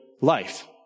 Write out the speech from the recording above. life